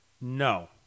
No